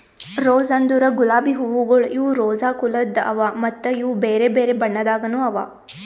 rose ಅಂದುರ್ ಗುಲಾಬಿ ಹೂವುಗೊಳ್ ಇವು ರೋಸಾ ಕುಲದ್ ಅವಾ ಮತ್ತ ಇವು ಬೇರೆ ಬೇರೆ ಬಣ್ಣದಾಗನು ಅವಾ